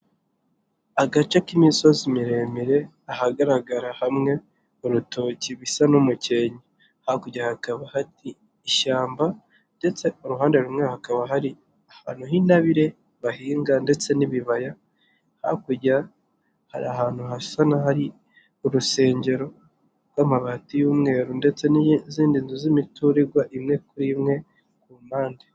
Agace k'imisozi miremire ahagaragara hamwe urutoki bisa n'umukenke hakurya hakaba ha ishyamba ndetse uruhande rumwe hakaba hari ahantu h'intabire bahinga ndetse n'ibibaya hakurya hari ahantu hasa n' hari urusengero rw'amabati y'umweru ndetse n'izindizu z'imituri igwa imwe kuri imwe ku mpande.